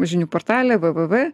žinių portale v v v